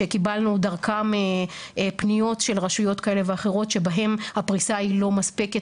שקיבלנו דרכם פניות של רשויות כאלה ואחרות שבהן הפריסה היא לא מספקת